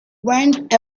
went